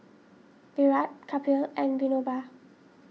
Virat Kapil and Vinoba